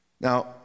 Now